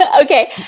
Okay